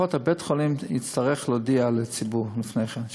שלפחות בית-החולים יצטרך להודיע לציבור לפני כן,